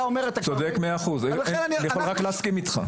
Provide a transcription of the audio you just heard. צודק מאה אחוז, אין לי אלא להסכים איתך.